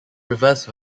reverse